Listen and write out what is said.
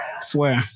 swear